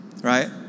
right